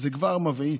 זה כבר מבעית.